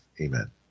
Amen